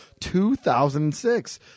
2006